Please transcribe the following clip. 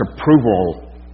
approval